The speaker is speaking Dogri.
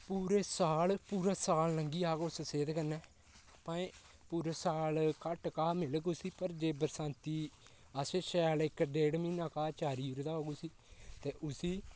पूरे साल पूरे साल लंघी जाह्ग उस सेह्त कन्नै भामें पूरे साल घट्ट घाऽ मिलग उसी पर जे बरसांती असें शैल इक डेढ म्हीना घाऽ चारी उड़े दा होग उसी ते उसी